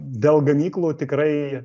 dėl gamyklų tikrai